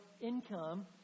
income